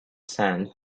sant